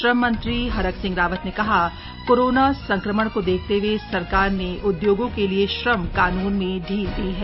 श्रम मंत्री हरक सिंह रावत ने कहा कोरोना संक्रमण को देखते हुए सरकार ने उद्योगों के लिए श्रम कानून में ढील दी है